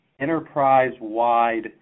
enterprise-wide